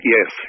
Yes